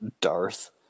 Darth